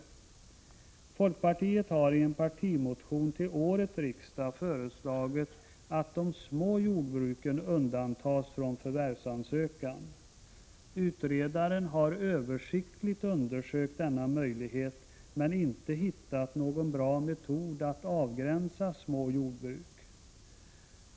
Folkpartiet har i en partimotion till årets riksdag föreslagit att små jordbruk undantas från förvärvsansökan. Utredaren har översiktligt undersökt denna möjlighet men inte hittat någon bra metod att avgränsa ”små jordbruk”.